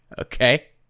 Okay